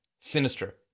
sinister